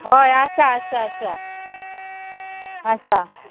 हय आसा आसा आसा आसा